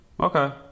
okay